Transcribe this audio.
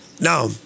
Now